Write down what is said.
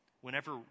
whenever